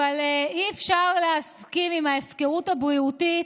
אבל אי-אפשר להסכים עם ההפקרות הבריאותית.